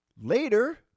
later